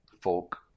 folk